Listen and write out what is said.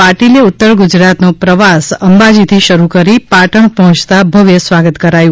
પાટિલે ઉત્તર ગુજરાતનો પ્રવાસ અંબાજીથી શરૂ કરી પારણ પહોચત ભવ્ય સ્વામાત કરાશ્યું